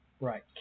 Right